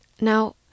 Now